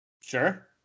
Sure